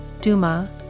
Duma